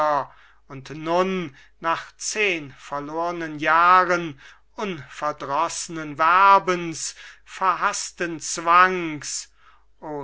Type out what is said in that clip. und nun nach zehn verlornen jahren unverdroßnen werbens verhaßten zwangs